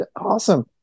awesome